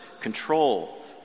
control